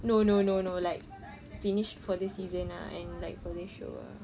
no no no no like finish for this season ah and like boleh show ah